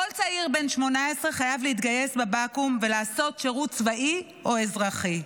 כל צעיר בן 18 חייב להתגייס בבקו"ם ולעשות שירות צבאי או אזרחי.